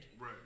right